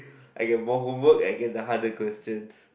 I get more homework I get the harder questions